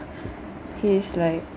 he is like